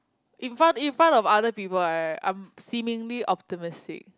in front in front of other people I I'm seemingly optimistic